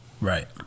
Right